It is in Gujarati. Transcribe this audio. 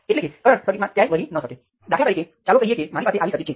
તેથી આ છે જેનો મોટાભાગે ઉપયોગ થાય છે તેથી તે માત્ર સરખામણી માટે છે